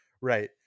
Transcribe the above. Right